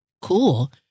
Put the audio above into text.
Cool